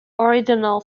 original